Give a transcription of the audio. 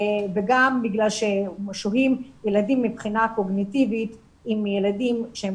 וגם בגלל ששוהים ילדים מבחינה קוגניטיבית עם ילדים שהם